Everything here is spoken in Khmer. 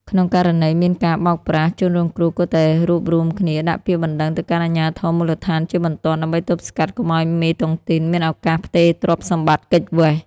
ក្នុងករណីមានការបោកប្រាស់ ជនរងគ្រោះគួរតែរួបរួមគ្នាដាក់ពាក្យបណ្ដឹងទៅកាន់អាជ្ញាធរមូលដ្ឋានជាបន្ទាន់ ដើម្បីទប់ស្កាត់កុំឱ្យមេតុងទីនមានឱកាសផ្ទេរទ្រព្យសម្បត្តិគេចវេស។